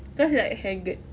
cause you're like haggard